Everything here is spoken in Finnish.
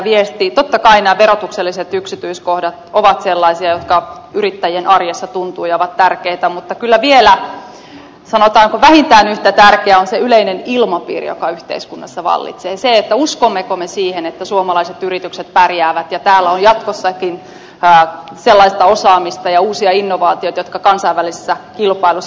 totta kai nämä verotukselliset yksityiskohdat ovat sellaisia jotka yrittäjien arjessa tuntuvat ja ovat tärkeitä mutta kyllä vielä sanotaanko vähintään yhtä tärkeä on se yleinen ilmapiiri joka yhteiskunnassa vallitsee se uskommeko me siihen että suomalaiset yritykset pärjäävät ja täällä on jatkossakin sellaista osaamista ja uusia innovaatioita jotka kansainvälisessä kilpailussa pärjäävät